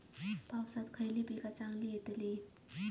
पावसात खयली पीका चांगली येतली?